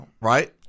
Right